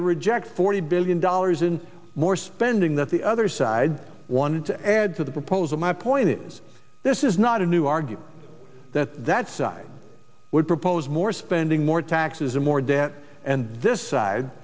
to reject forty billion dollars in more spending that the other side wanted to add to the proposal my point is this is not a new argument that that side would propose more spending more taxes and more debt and